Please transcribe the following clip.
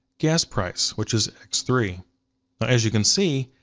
gas price, which is x three. and as you can see,